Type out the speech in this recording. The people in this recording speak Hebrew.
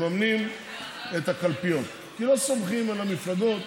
מממנים את הקלפיות, כי לא סומכים על המפלגות.